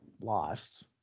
lost